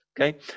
Okay